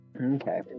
Okay